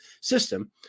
system